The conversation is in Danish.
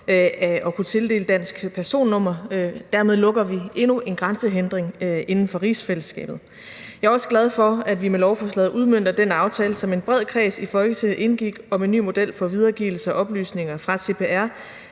at kunne tildele dansk personnummer. Dermed lukker vi endnu en grænsehindring inden for rigsfællesskabet. Jeg er også glad for, at vi med lovforslaget udmønter den aftale, som en bred kreds i Folketinget indgik om en ny model for videregivelse af oplysninger fra CPR